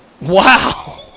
Wow